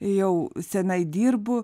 jau senai dirbu